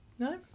No